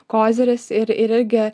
koziris ir irgi